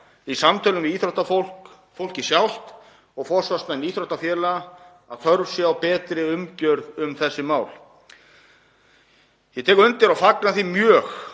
í samtölum við íþróttafólkið sjálft og forsvarsmenn íþróttafélaga, að þörf sé á betri umgjörð um þessi mál. Ég tek undir og fagna því mjög